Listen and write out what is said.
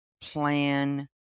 plan